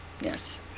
Yes